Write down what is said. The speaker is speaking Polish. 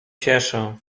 cieszę